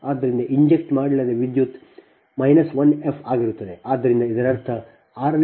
ಆದ್ದರಿಂದ ಇಂಜೆಕ್ಟ್ ಮಾಡಲಾದ ವಿದ್ಯುತ್ -I f ಆಗಿರುತ್ತದೆ